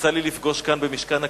יצא לי לפגוש כאן, במשכן הכנסת,